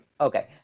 Okay